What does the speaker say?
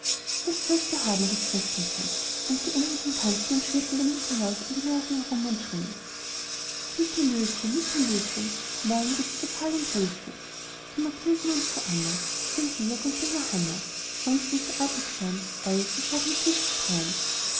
das sollst du haben rief christkindchen und die engelchen tanzten und schwirrten dem nikolaus um die nase herum und schrien nikelöschen nikelöschen morgen geht's zu karl und röschen zu mathilden und zu anna zu dem georg und der johanna wollen sie nicht artig sein ei so schlag nur tüchtig drein